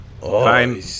Fine